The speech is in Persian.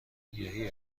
گیاهی